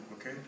okay